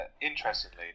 Interestingly